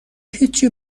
هیچی